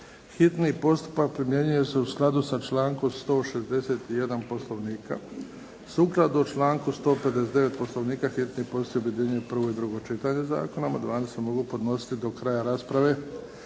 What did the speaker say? Hitni postupak primjenjuje se u skladu sa člankom 161. Poslovnika. Sukladno članku 159. Poslovnika, hitni postupak objedinjuje prvo i drugo čitanje zakona. Amandmani se mogu podnositi do kraja rasprave.